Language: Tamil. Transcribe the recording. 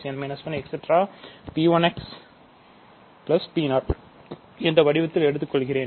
P1 xP0 என்ற வடிவத்தில் எடுத்துக் கொள்கிறேன்